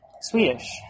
Swedish